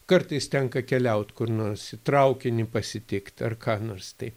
kartais tenka keliaut kur nors į traukinį pasitikt ar ką nors tai